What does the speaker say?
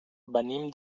venim